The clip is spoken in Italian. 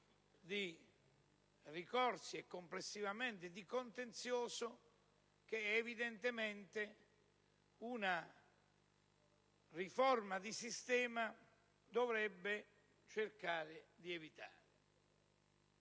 di ricorsi e complessivamente di contenzioso, che evidentemente una riforma di sistema dovrebbe cercare di evitare.